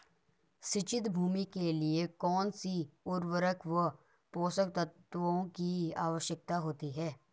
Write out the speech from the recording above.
सिंचित भूमि के लिए कौन सी उर्वरक व पोषक तत्वों की आवश्यकता होती है?